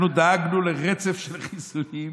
אנחנו דאגנו לרצף של חיסונים,